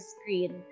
screen